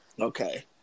Okay